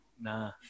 Nah